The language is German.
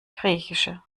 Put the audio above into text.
griechische